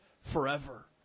forever